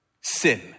sin